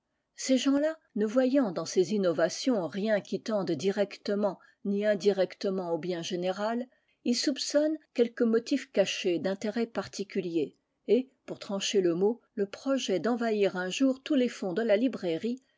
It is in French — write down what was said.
ces gens-là ne voyant dans ces innovations rien qui tende directement ni indirectement au bien général y soupçonnent quelque motif caché d'intérêt particulier et pour trancher le mot le projet d'envahir un jour tous les fonds de la librairie